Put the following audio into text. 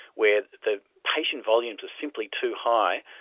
where the patient volumes are simply too high,